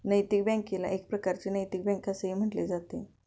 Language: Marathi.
नैतिक बँकेला एक प्रकारची नैतिक बँक असेही म्हटले जाते